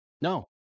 No